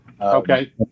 Okay